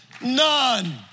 None